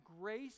grace